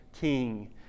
king